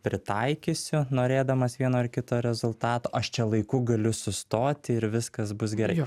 pritaikysiu norėdamas vieno ar kito rezultato aš čia laiku galiu sustoti ir viskas bus gerai